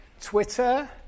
Twitter